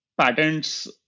patents